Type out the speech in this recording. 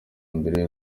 mbere